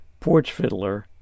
porchfiddler